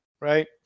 right